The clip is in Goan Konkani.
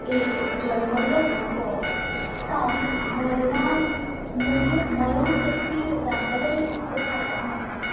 एक जल्मल्लो भुरगो सावन मरणा म्हणजें मरण तेंकपी जाणटेलो लेगीत ताच्या हातांत मोबायल आसता